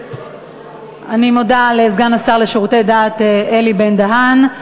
אני מודה לסגן השר לשירותי דת אלי בן-דהן.